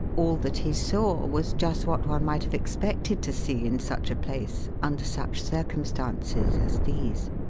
all that he saw was just what one might have expected to see in such a place under such circumstances as these.